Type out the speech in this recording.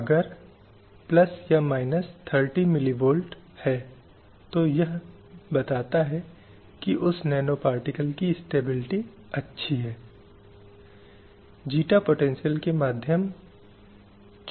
अब लैंगिक न्याय प्राप्त करने के इस उद्देश्य में हमें अंतर्राष्ट्रीय संस्थानों की भूमिका को समझने की आवश्यकता है